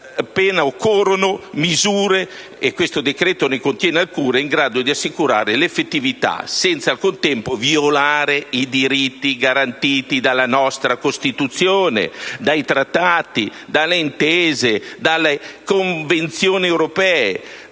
pena occorrono misure (e questo decreto ne contiene alcune) in grado di assicurarne l'effettività, senza al contempo violare i diritti garantiti dalla nostra Costituzione, dai trattati, dalle intese e dalle convenzioni europee.